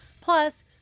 Plus